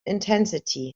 intensity